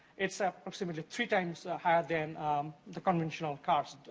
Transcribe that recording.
it's approximately three times higher than the conventional cars,